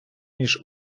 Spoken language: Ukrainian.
ніж